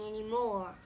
anymore